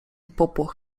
popłoch